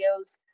videos